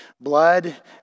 Blood